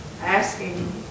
asking